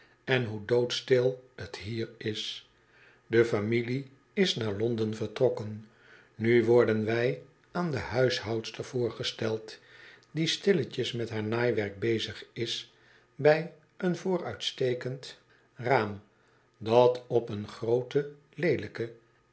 en hoe doodstil't hier is de familie is naar londen vertrokken nu worden wij aan de huishoudster voorgesteld die stilletjes met haar naaiwerk bezig is bij een vooruitstekend raam dat op een grooteleelijke